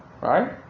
Right